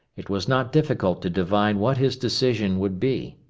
it was not difficult to divine what his decision would be.